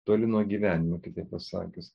toli nuo gyvenimo kitaip pasakius